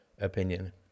opinion